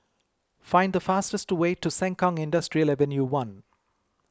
find the fastest way to Sengkang Industrial Ave one